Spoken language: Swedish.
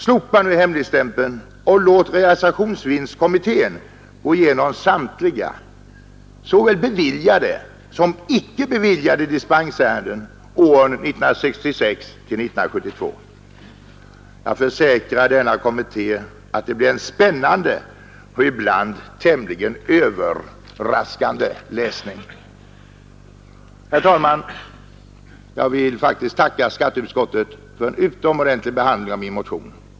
Slopa nu hemligstämpeln och låt realisationsvinstkommittén gå igenom samtliga ärenden, de som gäller såväl beviljade som icke-beviljade dispenser åren 1966—1972! Jag försäkrar kommittén att det blir en spännande och ibland tämligen överraskande läsning. Herr talman! Jag vill tacka skatteutskottet för en utomordentlig behandling av min motion.